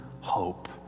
hope